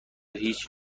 هیچ